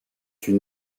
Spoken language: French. une